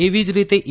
એવી જ રીતે ઇ